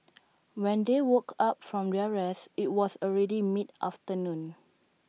when they woke up from their rest IT was already mid afternoon